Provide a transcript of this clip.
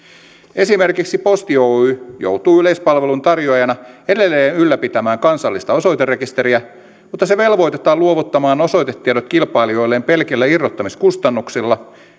esimerkiksi posti oy joutuu yleispalvelun tarjoajana edelleen ylläpitämään kansallista osoiterekisteriä mutta se velvoitetaan luovuttamaan osoitetiedot kilpailijoilleen pelkillä irrottamiskustannuksilla